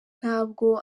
ntabwo